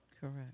Correct